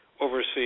overseas